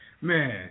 Man